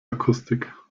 akustik